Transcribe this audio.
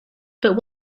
but